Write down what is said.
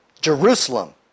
Jerusalem